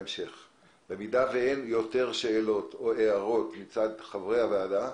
במידה שאין יותר שאלות או הערות מצד חברי הוועדה,